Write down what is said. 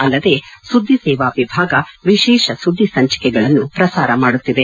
ಅಲ್ಲದೆ ಸುದ್ದಿ ಸೇವಾ ವಿಭಾಗ ವಿಶೇಷ ಸುದ್ದಿಸಂಚಿಕೆಗಳನ್ನು ಪ್ರಸಾರ ಮಾಡುತ್ತಿದೆ